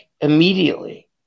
immediately